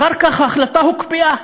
אחר כך ההחלטה הוקפאה,